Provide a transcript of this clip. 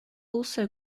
also